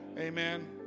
Amen